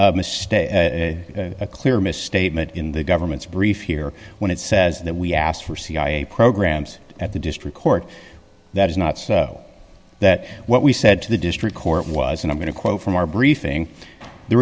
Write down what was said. is a clear misstatement in the government's brief here when it says that we asked for cia programs at the district court that is not so that what we said to the district court was not going to quote from our briefing the